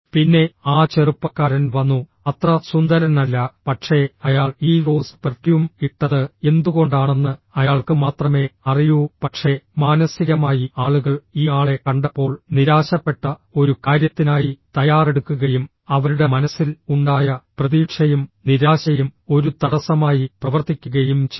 പിന്നെ ആ ചെറുപ്പക്കാരൻ വന്നു അത്ര സുന്ദരനല്ല പക്ഷെ അയാൾ ഈ റോസ് പെർഫ്യൂം ഇട്ടത് എന്തുകൊണ്ടാണെന്ന് അയാൾക്ക് മാത്രമേ അറിയൂ പക്ഷേ മാനസികമായി ആളുകൾ ഈ ആളെ കണ്ടപ്പോൾ നിരാശപ്പെട്ട ഒരു കാര്യത്തിനായി തയ്യാറെടുക്കുകയും അവരുടെ മനസ്സിൽ ഉണ്ടായ പ്രതീക്ഷയും നിരാശയും ഒരു തടസ്സമായി പ്രവർത്തിക്കുകയും ചെയ്തു